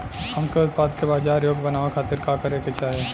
हमके उत्पाद के बाजार योग्य बनावे खातिर का करे के चाहीं?